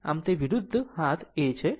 આમ તે વિરુદ્ધ હાથ એ છે